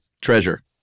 Treasure